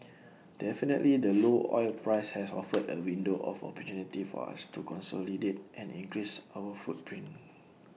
definitely the low oil price has offered A window of opportunity for us to consolidate and increase our footprint